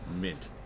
mint